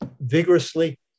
vigorously